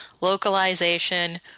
localization